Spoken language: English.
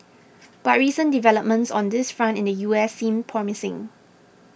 but recent developments on this front in the U S seem promising